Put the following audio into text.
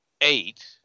eight